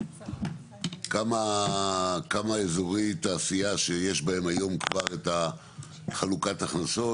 כמה אזורי תעשייה שיש בהם היום כבר את חלוקת ההכנסות?